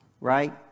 right